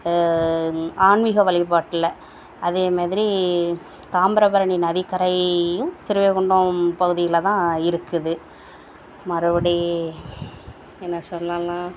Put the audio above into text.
ஆன்மிக வழிபாட்டில் அதே மாதிரி தாமிரபரணி நதிக்கரையும் ஸ்ரீவைகுண்டம் பகுதியில் தான் இருக்குது மறுபடி என்ன சொல்லலாம்